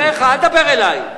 בחייך, אל תדבר אלי.